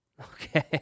okay